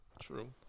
True